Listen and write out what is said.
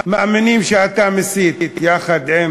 מאמינים שאתה מסית, יחד עם